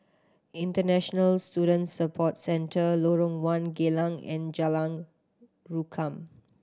International Student Support Centre Lorong One Geylang and Jalan Rukam